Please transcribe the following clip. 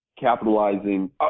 capitalizing